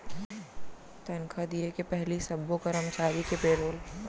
तनखा दिये के पहिली सब्बो करमचारी के पेरोल बनाथे जेमा ओमन के भुगतान के जम्मो जानकारी ह रथे